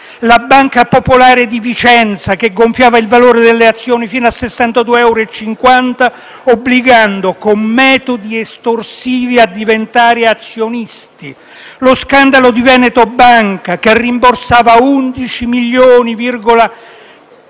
la Banca Popolare di Vicenza, che gonfiava il valore delle azioni fino a 62,50 euro, obbligando con metodi estorsivi a diventare azionisti; lo scandalo di Veneto Banca, che rimborsava 11.388.973